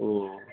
ഓ